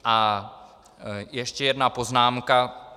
A ještě jedna poznámka.